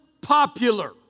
popular